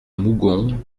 mougon